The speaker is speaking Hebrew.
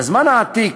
בזמן העתיק,